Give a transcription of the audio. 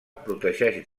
protegeix